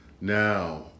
Now